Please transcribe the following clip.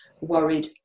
worried